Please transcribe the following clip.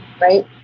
right